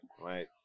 right